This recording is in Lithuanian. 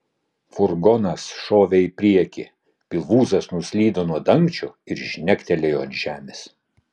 furgonas šovė į priekį pilvūzas nuslydo nuo dangčio ir žnegtelėjo ant žemės